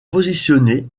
positionnés